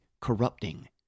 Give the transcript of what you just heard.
corrupting